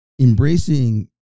embracing